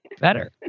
better